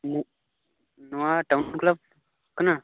ᱱᱚᱶᱟ town club ᱠᱟᱱᱟ